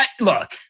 look